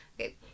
Okay